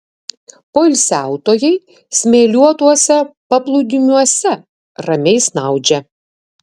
poilsiautojai smėliuotuose paplūdimiuose ramiai snaudžia